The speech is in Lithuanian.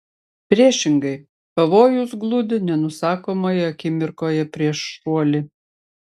priešingai pavojus gludi nenusakomoje akimirkoje prieš šuoli